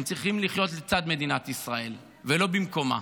הם צריכים לחיות לצד מדינת ישראל ולא במקומה.